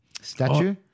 statue